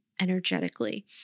energetically